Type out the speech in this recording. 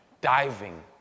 diving